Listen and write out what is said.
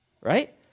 right